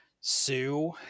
Sue